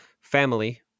family